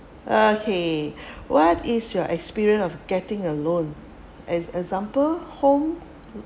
okay what is your experience of getting a loan as example home